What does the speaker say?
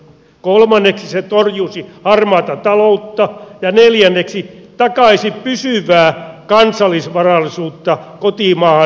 kolmanneksi se torjuisi harmaata taloutta ja neljänneksi takaisi pysyvää kansallisvarallisuutta kotimaahan ja ihmisille